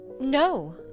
No